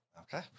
Okay